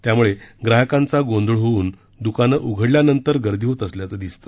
त्यामुळे ग्राहकांचा गोंधळ होऊन द्काने उघडल्यानंतर गर्दी होत असल्याचे दिसते